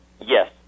Yes